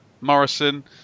Morrison